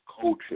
culture